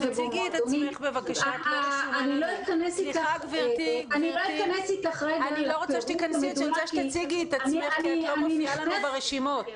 אני שואלת האם את מודעת לפער הזה בתקציב?